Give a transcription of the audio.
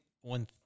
one